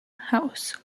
house